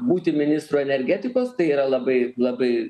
būti ministru energetikos tai yra labai labai